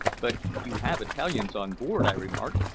but you have italians on board? i remarked.